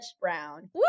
Brown